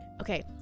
Okay